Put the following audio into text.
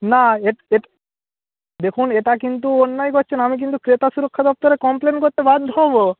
না দেখুন এটা কিন্তু অন্যায় করছেন আমি কিন্তু ক্রেতা সুরক্ষা দপ্তরে কমপ্লেন করতে বাধ্য হবো